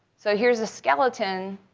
so here's a skeleton